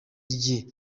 rye